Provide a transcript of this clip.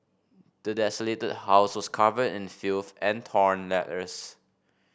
the desolated house was covered in filth and torn letters